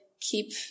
keep